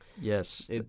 Yes